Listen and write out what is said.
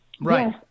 Right